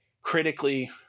critically